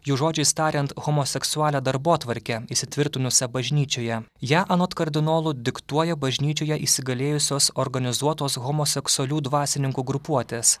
jų žodžiais tariant homoseksualią darbotvarkę įsitvirtinusią bažnyčioje ją anot kardinolų diktuoja bažnyčioje įsigalėjusios organizuotos homoseksualių dvasininkų grupuotės